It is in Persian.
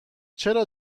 چرا